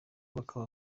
bakaba